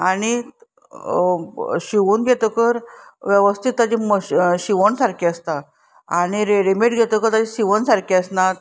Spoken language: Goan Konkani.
आनी शिंवून घेतकर वेवस्थीत ताचें म शिंवण सारकी आसता आनी रेडिमेड घेतकर ताची शिंवण सारकी आसनात